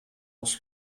was